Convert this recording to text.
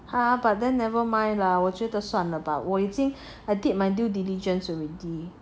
ah but then never mind lah 我觉得算了吧我已经 I did my due diligence already I vote for